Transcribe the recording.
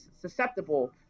susceptible